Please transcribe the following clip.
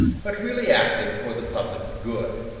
but really acted for the public good.